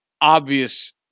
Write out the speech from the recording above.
obvious